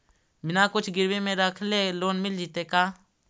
बिना कुछ गिरवी मे रखले लोन मिल जैतै का?